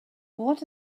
what